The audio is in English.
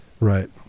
Right